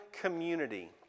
Community